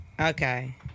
Okay